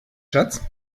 schatz